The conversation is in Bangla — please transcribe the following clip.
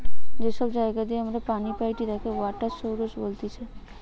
যে সব জায়গা দিয়ে আমরা পানি পাইটি তাকে ওয়াটার সৌরস বলতিছে